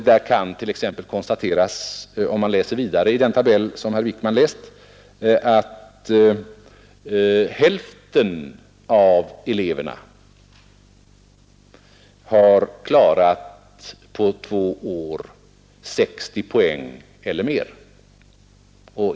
Av den tabell, som herr Wijkman hade läst, framgår att hälften av eleverna på två år har klarat ca 60 poäng eller mera.